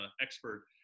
expert